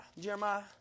Jeremiah